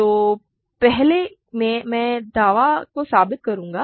तो पहले मैं इस दावे को साबित करूंगा